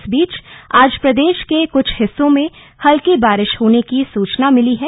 इस बीच आज प्रदेश के कुछ हिस्सों में हल्की बारिश होने की सूचना मिली है